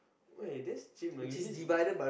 eh that's cheap you know usually it's it